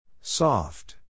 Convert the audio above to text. Soft